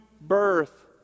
birth